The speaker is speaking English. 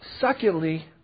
Secondly